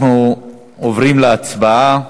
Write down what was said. אנחנו עוברים להצבעה.